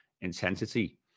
intensity